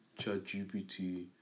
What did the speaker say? ChatGPT